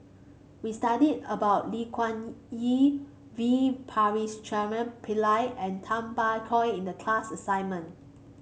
we studied about Lee Wung Yew V Pakirisamy Pillai and Tay Bak Koi in the class assignment